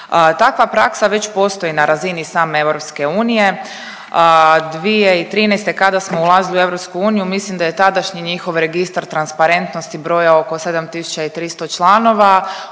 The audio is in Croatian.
Takva praksa već postoji na razini same EU. 2013. kada smo ulazili u EU mislim da je tadašnji njihov registar transparentnosti brojao oko 7.300 članova.